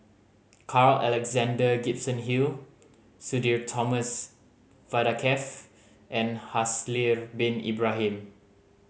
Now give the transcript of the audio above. Carl Alexander Gibson Hill Sudhir Thomas Vadaketh and Haslir Bin Ibrahim